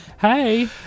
Hey